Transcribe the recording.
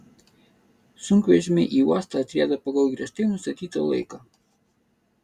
sunkvežimiai į uostą atrieda pagal griežtai nustatytą laiką